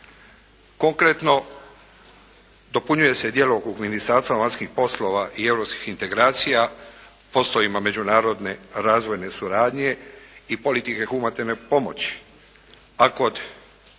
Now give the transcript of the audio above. Konkretno, dopunjuje se djelokrug Ministarstva vanjskih poslova i europskih integracija poslovima međunarodne razvojne suradnje i politike humanitarne pomoći.